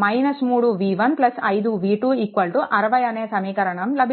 3V1 5V2 60 అనే సమీకరణం లభిస్తుంది